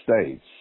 states